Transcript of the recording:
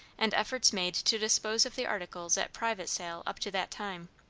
and efforts made to dispose of the articles at private sale up to that time.